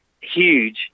huge